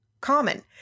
common